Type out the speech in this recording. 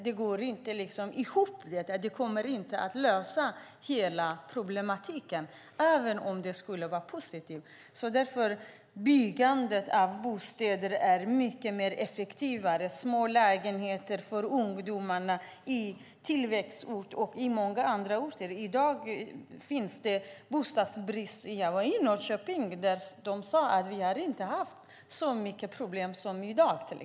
Det går inte ihop. Det kommer inte att lösa hela problemet, även om det skulle vara positivt. Därför är det effektivare att bygga bostäder. Det behövs små lägenheter för ungdomar på tillväxtorter och många andra orter. Jag har varit i Norrköping. De säger att de inte har haft så många problem som i dag.